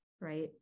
right